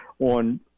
on